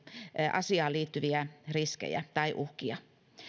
asiaan liittyviä riskejä tai uhkia